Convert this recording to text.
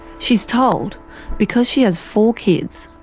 she's told because she has four kids,